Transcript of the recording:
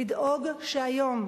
לדאוג שהיום,